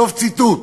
סוף ציטוט.